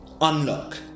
Unlock